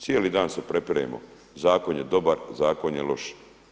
Cijeli dan se prepiremo zakon je dobar, zakon je loš.